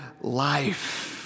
life